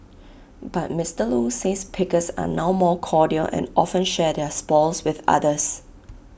but Mister low says pickers are now more cordial and often share their spoils with others